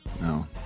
No